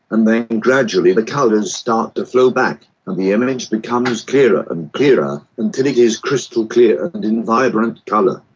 and then gradually the colours start to flow back and the image becomes clearer and clearer, until it is crystal clear and in vibrant colour.